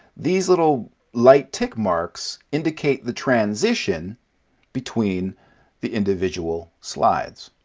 these little light tick marks indicate the transition between the individual slides.